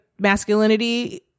masculinity